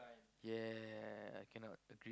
ya I cannot